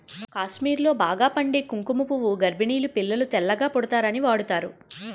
కాశ్మీర్లో బాగా పండే కుంకుమ పువ్వు గర్భిణీలు పిల్లలు తెల్లగా పుడతారని వాడుతారు